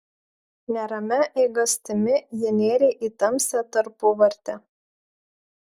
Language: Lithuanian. neramia eigastimi ji nėrė į tamsią tarpuvartę